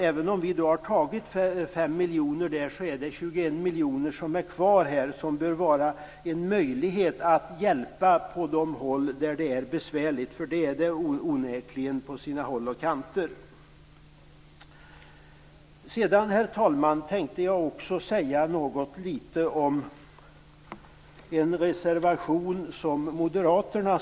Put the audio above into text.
Även om vi där har tagit 5 miljoner kronor återstår 21 miljoner kronor, som bör innebära en möjlighet att hjälpa till på de håll där det är besvärligt. Besvärligt är det ju onekligen på sina håll. Herr talman! Sedan skulle jag vilja säga några ord om reservation nr 5 från moderaterna.